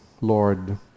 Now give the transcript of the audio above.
Lord